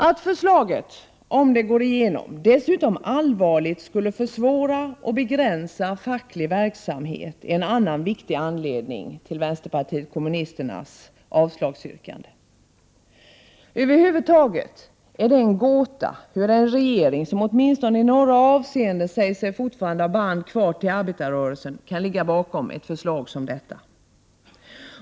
Att förslaget, om det går igenom, dessutom allvarligt skulle försvåra och begränsa facklig verksamhet är en annan viktig anledning till vpk:s avslagsyrkande. Över huvud taget är det en gåta hur en regering, som åtminstone i några avseenden fortfarande säger sig ha band kvar till arbetarrörelsen, kan ligga bakom ett förslag som detta.